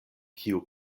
kiu